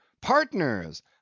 Partners